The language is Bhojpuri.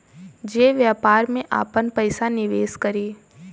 जे व्यापार में आपन पइसा निवेस करी